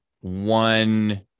one